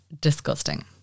disgusting